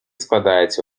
складається